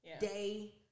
day